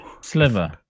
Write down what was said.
Sliver